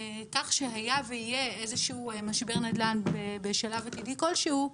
כך שאם יהיה איזשהו משבר נדל"ן בשלב עתידי כלשהו,